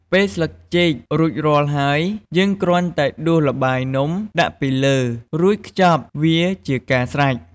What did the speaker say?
ពេលស្លឹកចេករួចរាល់ហើយ យើងគ្រាន់តែដួសល្បាយនំដាក់ពីលើ រួចខ្ចប់វាជាការស្រេច។